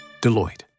Deloitte